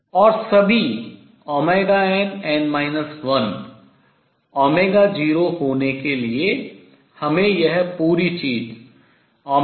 और सभी nn 1 0 होने के लिए हमें यह पूरी चीज 02